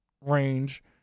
range